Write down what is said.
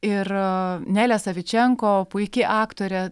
ir nelė savičenko puiki aktorė